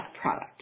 product